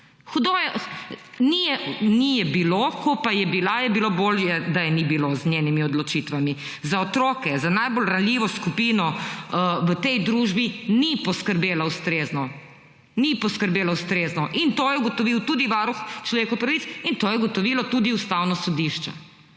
nanaša. Ni je bilo, ko pa je bila, bi bilo bolje, da je s svojimi odločitvami ne bi bilo. Za otroke, za najbolj ranljivo skupino v tej družbi ni poskrbela ustrezno. Ni poskrbela ustrezno. To je ugotovil tudi Varuh človekovih pravic in to je ugotovilo tudi Ustavno sodišče.